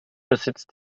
besitzt